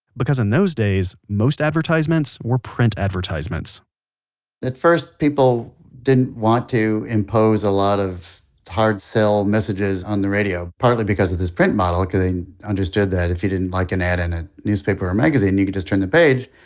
because in those days, most advertisements were print advertisements at first, people didn't want to impose a lot of hard sell messages on the radio. partly because of this print model, because they understood that, if you didn't like an ad in a newspaper or magazine, you could just turn the page.